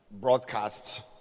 Broadcasts